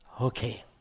Okay